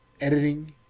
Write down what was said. editing